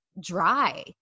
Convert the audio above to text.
dry